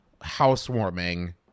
housewarming